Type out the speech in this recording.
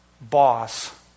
boss